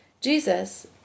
Jesus